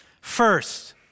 first